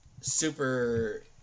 super